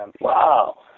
Wow